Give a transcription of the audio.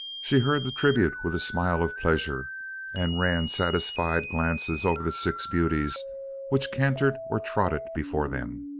she heard the tribute with a smile of pleasure and ran satisfied glances over the six beauties which cantered or trotted before them.